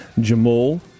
Jamal